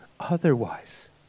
Otherwise